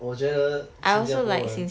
我觉得新加坡人